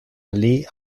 allee